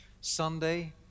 sunday